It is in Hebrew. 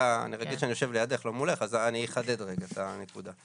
אני אחדד את הנקודה.